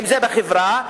אם בחברה,